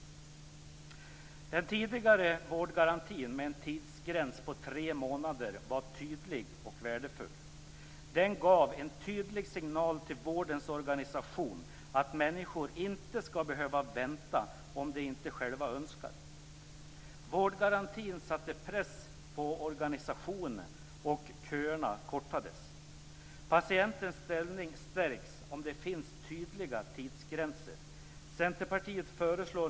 Den tidigare vårdgarantin med en tidsgräns på tre månader var tydlig och värdefull. Den gav en tydlig signal till vårdens organisation att människor inte skall behöva vänta om de inte själva önskar. Vårdgarantin satte press på organisationen och köerna kortades. Patientens ställning stärks om det finns tydliga tidsgränser.